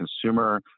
consumer